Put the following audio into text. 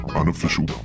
unofficial